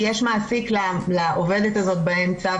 כי יש מעסיק לעובדת הזאת באמצע,